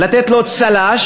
לתת לו צל"ש,